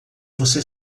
você